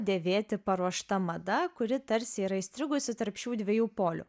dėvėti paruošta mada kuri tarsi yra įstrigusi tarp šių dviejų polių